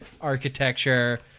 architecture